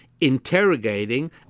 interrogating